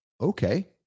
Okay